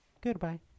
Goodbye